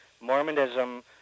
Mormonism